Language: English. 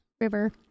River